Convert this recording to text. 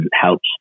helps